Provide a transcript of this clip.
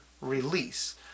release